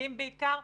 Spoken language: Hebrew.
נגדים בעיקר,